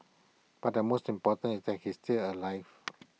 but the most important is that he still alive